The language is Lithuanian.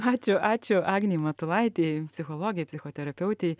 ačiū ačiū agnei matulaitei psichologei psichoterapeutei